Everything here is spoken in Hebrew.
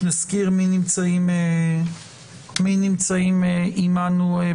ניתן לחברי הכנסת המציעים לפתוח,